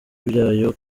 byayo